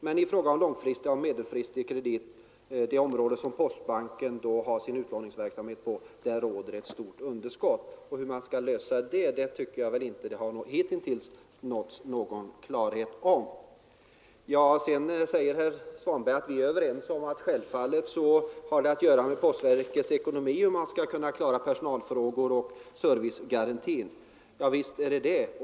Men i fråga om långfristig och medelfristig kredit — området för postbankens utlåningsverksamhet — råder ett stort underskott. Hur man skall lösa det problemet tycker jag inte att vi hittills fått någon klarhet i. Herr Svanberg säger att vi är överens om att personalfrågor och servicegarantin självfallet har att göra med postverkets ekonomi.